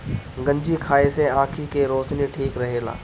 गंजी खाए से आंखी के रौशनी ठीक रहेला